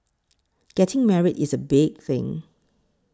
getting married is a big thing